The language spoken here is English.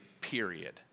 period